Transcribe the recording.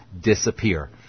disappear